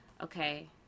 Okay